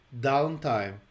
downtime